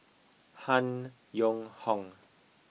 Han Yong Hong